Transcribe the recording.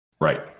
Right